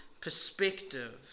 perspective